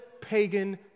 pagan